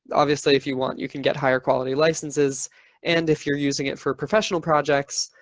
obviously if you want you can get higher quality licenses and if you're using it for professional projects,